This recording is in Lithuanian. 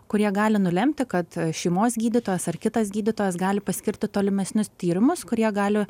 kurie gali nulemti kad šeimos gydytojas ar kitas gydytojas gali paskirti tolimesnius tyrimus kurie gali